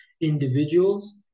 individuals